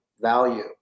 value